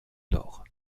nord